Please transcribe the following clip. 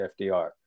FDR